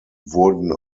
wurden